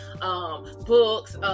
books